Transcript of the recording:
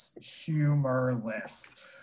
humorless